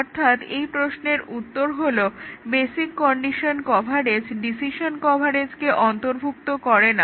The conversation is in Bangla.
অর্থাৎ এই প্রশ্নের উত্তর হলো বেসিক কন্ডিশন কভারেজ ডিসিশন কভারেজকে অন্তর্ভুক্ত করে না